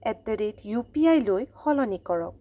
at the rate U P আইলৈ সলনি কৰক